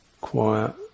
quiet